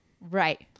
Right